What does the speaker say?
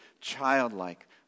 childlike